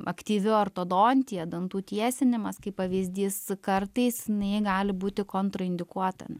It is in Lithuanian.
aktyvi ortodontija dantų tiesinimas kaip pavyzdys kartais jinai gali būti kontraindikuota